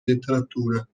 letteratura